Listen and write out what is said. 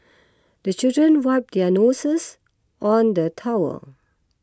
the children wipe their noses on the towel